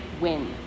win